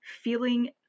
feeling